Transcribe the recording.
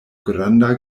granda